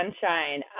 sunshine